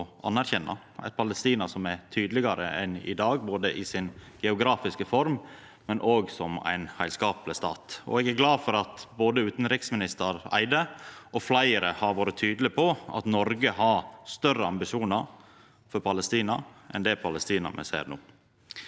å anerkjenna, eit Palestina som er tydelegare enn i dag, både i sin geografiske form og som ein heilskapleg stat, og eg er glad for at både utanriksminister Barth Eide og fleire har vore tydelege på at Noreg har større ambisjonar for Palestina enn det Palestina